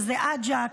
שזה אג'קס,